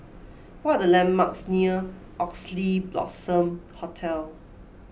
what are the landmarks near Oxley Blossom Hotel